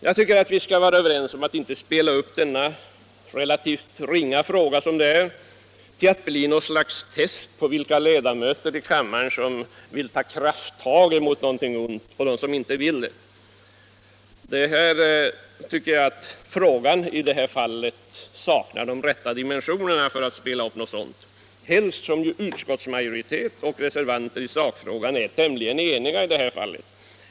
Jag tycker att vi skall komma överens om att inte göra den relativt lilla fråga som detta är till något slags test på vilka ledamöter i kammaren som vill ta krafttag och vilka som inte vill det. Frågan har inte de rätta dimensionerna för det, helst som utskottsmajoritet och reservanter är tämligen eniga i sakfrågan.